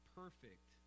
perfect